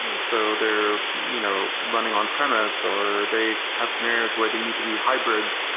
um so they're you know running on premise or they have scenarios where they need to be hybrid,